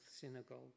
Synagogue